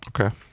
Okay